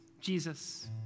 Jesus